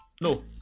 no